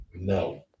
No